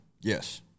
Yes